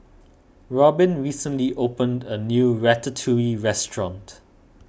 Robin recently opened a new Ratatouille restaurant